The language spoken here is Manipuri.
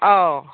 ꯑꯧ